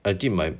I did mine